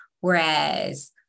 whereas